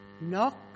Knock